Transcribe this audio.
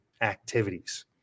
activities